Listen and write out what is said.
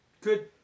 Good